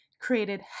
created